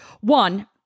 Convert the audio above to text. one